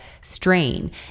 strain